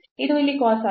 ಇದು ಇಲ್ಲಿ cos ಆಗಿದೆ